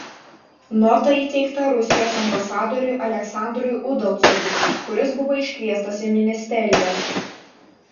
nota įteikta rusijos ambasadoriui aleksandrui udalcovui kuris buvo iškviestas į ministeriją